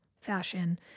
fashion